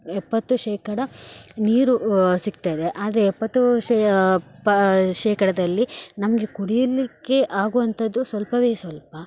ಎಪ್ಪತ್ತು ಶೇಕಡಾ ನೀರು ಸಿಗ್ತದೆ ಆದರೆ ಎಪ್ಪತ್ತು ಶೇ ಪ ಶೇಕಡಾದಲ್ಲಿ ನಮಗೆ ಕುಡಿಲಿಕ್ಕೆ ಆಗುವಂಥದ್ದು ಸ್ವಲ್ಪವೇ ಸ್ವಲ್ಪ